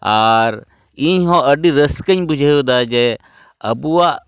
ᱟᱨ ᱤᱧ ᱦᱚᱸ ᱟᱹᱰᱤ ᱨᱟᱹᱥᱠᱟᱹᱧ ᱵᱩᱡᱷᱟᱹᱣ ᱮᱫᱟ ᱡᱮ ᱟᱵᱚᱣᱟᱜ